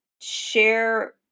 share